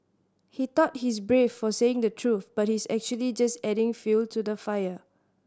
he thought he's brave for saying the truth but he's actually just adding fuel to the fire